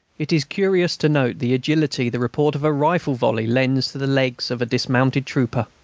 it is curious to note the agility the report of a rifle volley lends to the legs of a dismounted trooper.